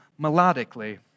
melodically